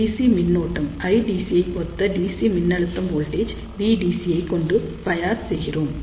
DC மின்னோட்டம் IDC ஐ ஒத்த DC மின்னழுத்தம் வோல்டேஜ் VDC ஐ கொண்டு பயாஸ் செய்கிறோம்